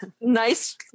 nice